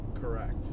Correct